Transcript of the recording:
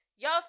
Y'all